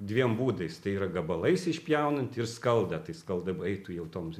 dviem būdais tai yra gabalais išpjaunant ir skaldą tai skalda eitų jau tom